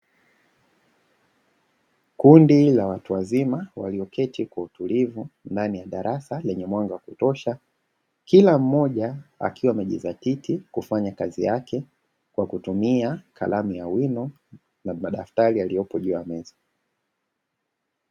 Kundi la watu wazima walioketi kwa utulivu ndani ya darasa lenye mwanga wa kutosha, kila mmoja akiwa amejizatiti kufanya kazi yake kwa kutumia kalamu ya wino na madaftari yaliyopo juu ya meza.